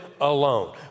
alone